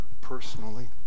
personally